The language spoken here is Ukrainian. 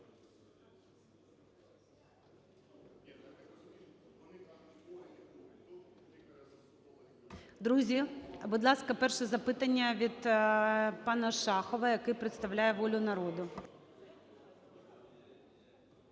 Друзі, будь ласка, перше запитання від пана Шахова, який представляє "Волю народу".